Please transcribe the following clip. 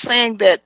saying that